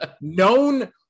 Known